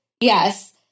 Yes